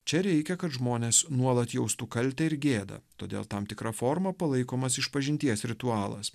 čia reikia kad žmonės nuolat jaustų kaltę ir gėdą todėl tam tikra forma palaikomas išpažinties ritualas